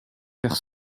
vers